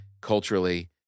culturally